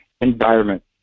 environment